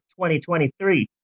2023